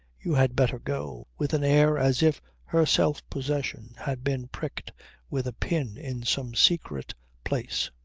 you had better go, with an air as if her self-possession had been pricked with a pin in some secret place.